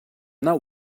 not